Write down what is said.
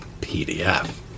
PDF